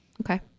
Okay